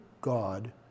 God